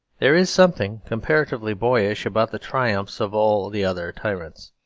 there is something comparatively boyish about the triumphs of all the other tyrants.